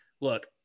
look